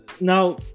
Now